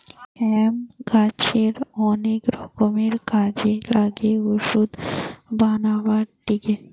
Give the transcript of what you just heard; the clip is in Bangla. হেম্প গাছের অনেক রকমের কাজে লাগে ওষুধ বানাবার লিগে